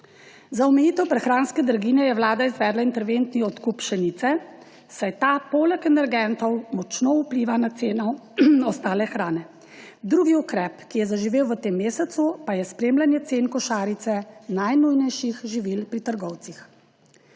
Za omejitev prehranske draginje je vlada izvedla interventni odkup pšenice, saj ta poleg energentov močno vpliva na ceno ostale hrane. Drugi ukrep, ki je zaživel v tem mesecu, pa je spremljanje cen košarice najnujnejših živil pri trgovcih.